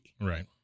Right